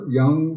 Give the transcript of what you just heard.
young